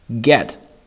Get